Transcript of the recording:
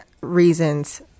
reasons